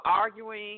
arguing